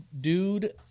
dude